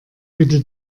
bitte